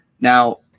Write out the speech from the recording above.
Now